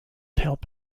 help